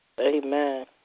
Amen